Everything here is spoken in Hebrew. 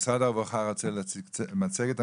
משרד הרווחה רוצה להציג מצגת.